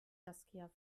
saskia